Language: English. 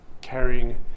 carrying